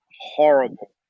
horrible